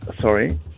Sorry